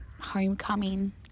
homecoming